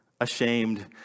ashamed